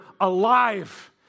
alive